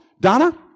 Donna